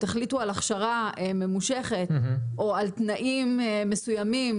אם תחליטו על הכשרה ממושכת או על תנאים מסוימים